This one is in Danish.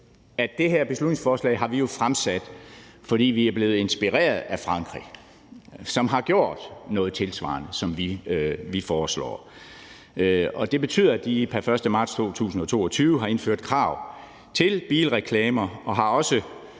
at det her beslutningsforslag har vi jo fremsat, fordi vi er blevet inspireret af Frankrig, som har gjort noget tilsvarende som det, vi foreslår. Det betyder, at de pr. 1. marts 2022 har indført krav til bilreklamer og også